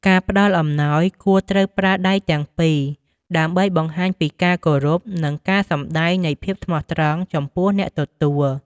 ការផ្តល់អំណោយគួរត្រូវប្រើដៃទាំងពីរដើម្បីបង្ហាញពីការគោរព និងការសំដែងនៃភាពស្មោះត្រង់ចំពោះអ្នកទទួល។